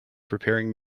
preparing